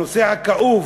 הנושא הזה, הנושא הכאוב,